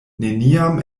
neniam